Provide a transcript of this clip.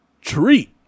treat